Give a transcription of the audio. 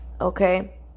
okay